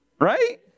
Right